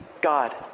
God